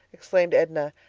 exclaimed edna,